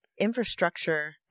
infrastructure